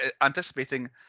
anticipating